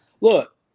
Look